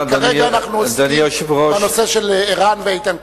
כרגע אנחנו עוסקים בנושא של ער"ן ואיתן כבל.